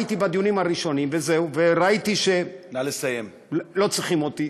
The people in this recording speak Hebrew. הייתי בדיונים הראשונים וראיתי שלא צריכים אותי,